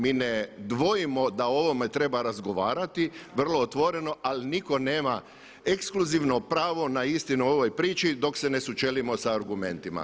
Mi ne dvojimo da o ovome treba razgovarati, vrlo otvoreno ali nitko nema ekskluzivno pravo na istinu u ovoj priči dok se ne sučelimo sa argumentima.